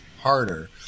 harder